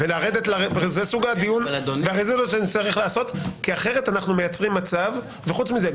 כי אחרת אנחנו מייצרים מצב וחוץ מזה,